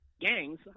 gangs